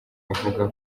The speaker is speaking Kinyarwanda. avuga